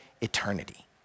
eternity